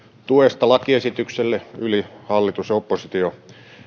tuesta lakiesitykselle yli hallitus oppositio